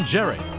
Jerry